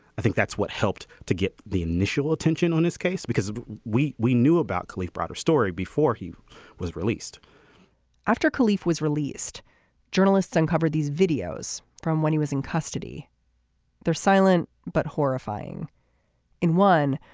i think that's what helped to get the initial attention on this case because we we knew about carlie broader story before he was released after cleef was released journalists and cover these videos from when he was in custody they're silent but horrifying in one.